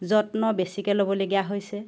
যত্ন বেছিকৈ ল'বলগীয়া হৈছে